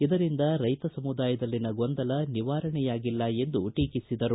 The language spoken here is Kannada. ಇದರಿಂದ ರೈತ ಸಮುದಾಯದಲ್ಲಿನ ಗೊಂದಲ ನಿವಾರಣೆಯಾಗಿಲ್ಲ ಎಂದು ಟೀಕಿಸಿದರು